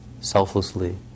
selflessly